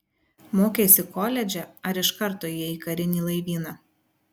mokeisi koledže ar iš karto ėjai į karinį laivyną